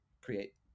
create